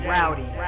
Rowdy